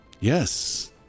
Yes